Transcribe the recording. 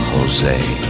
Jose